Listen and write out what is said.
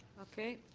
okay.